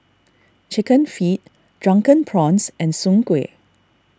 Chicken Feet Drunken Prawns and Soon Kway